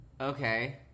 Okay